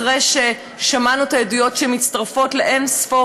אחרי ששמענו את העדויות שמצטרפות לאין-ספור